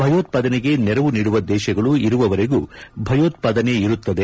ಭಯೋತ್ಸಾದನೆಗೆ ನೆರವು ನೀಡುವ ದೇಶಗಳು ಇರುವವರೆಗೂ ಭಯೋತ್ಸಾದನೆ ಇರುತ್ತದೆ